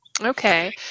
Okay